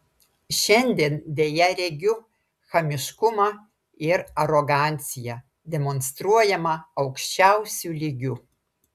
šiandien deja regiu chamiškumą ir aroganciją demonstruojamą aukščiausiu lygiu